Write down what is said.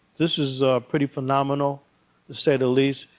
this is a pretty phenomenal to say the least.